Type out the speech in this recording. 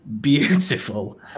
beautiful